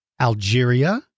Algeria